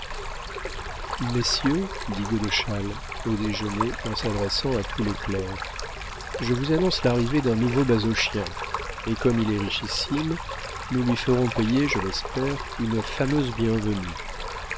messieurs dit godeschal au déjeuner en s'adressant à tous les clercs je vous annonce l'arrivée d'un nouveau basochien et comme il est richissime nous lui ferons payer je l'espère une fameuse bienvenue